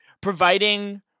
providing